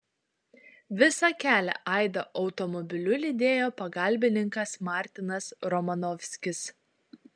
visą kelią aidą automobiliu lydėjo pagalbininkas martinas romanovskis